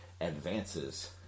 advances